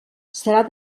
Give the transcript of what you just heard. serà